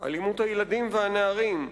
אלימות הילדים והנערים,